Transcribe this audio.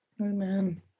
amen